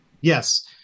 Yes